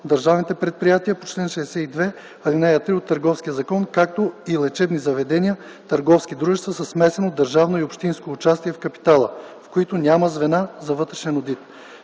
държавните предприятия по чл. 62, ал. 3 от Търговския закон, както и лечебни заведения – търговски дружества със смесено държавно и общинско участие в капитала, в които няма звена за вътрешен одит.